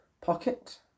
pocket